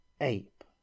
ape